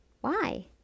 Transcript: Why